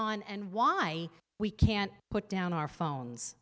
on and why we can't put down our phones